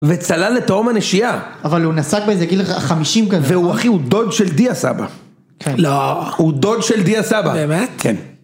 וצלל לתהום הנשייה. אבל הוא נסק באיזה גיל חמישים כזה. והוא אחי, הוא דוד של דיה סבא. כן. לא, הוא דוד של דיה סבא. באמת? כן.